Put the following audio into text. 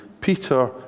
Peter